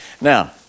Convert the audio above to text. Now